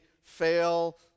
fail